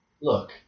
Look